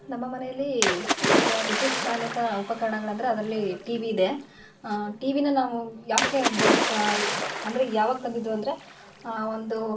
ನಮ್ಮ ಮನೆಯಲ್ಲಿ ಈಗ ವಿದ್ಯುತ್ ಚಾಲಿತ ಉಪಕರಣಗಳಂದ್ರೆ ಅದರಲ್ಲಿ ಟಿವಿ ಇದೆ ಟಿ ವಿನ ನಾವು ಯಾಕೆ ಬಳಸ್ಕೊ ಅಂದರೆ ಯಾವಾಗ ತಂದಿದ್ದು ಅಂದರೆ ಆ ಒಂದು